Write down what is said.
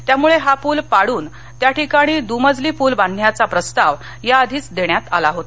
त्यामुळे हा पूल पाडून त्या ठिकाणी दुमजली पूल बांधण्याचा प्रस्ताव याआधीच देण्यात आला होता